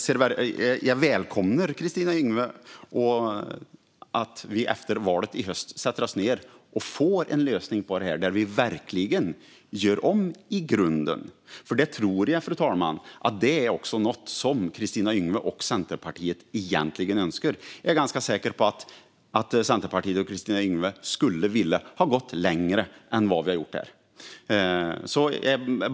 Jag välkomnar att vi efter valet i höst sätter oss ned för att få en lösning på detta där vi verkligen gör om i grunden. Det tror jag nämligen är något som Kristina Yngwe och Centerpartiet egentligen önskar. Jag är ganska säker på att Centerpartiet och Kristina Yngwe hade velat gå längre än vad man har gjort här.